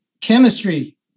chemistry